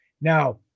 Now